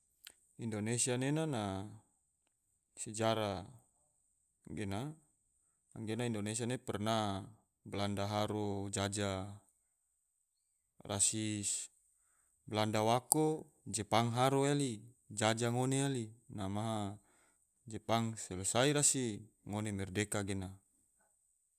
Indonesia nena na sejarah gena anggena indonesia ne pernah belanda haro jajah rasi, belanda wako jepang haro yali jajah ngone yali, maha jepang selesai rasi ngone merdeka rena